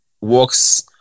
works